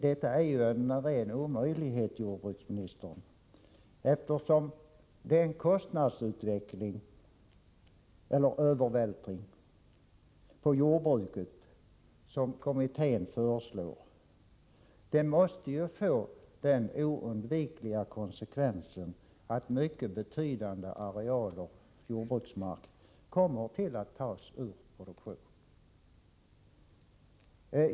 Detta är en ren omöjlighet, jordbruksministern, eftersom den kostnadsövervältring på jordbruket som kommittén föreslår måste få den oundvikliga konsekvensen att mycket betydande arealer jordbruksmark kommer att tas ur produktion.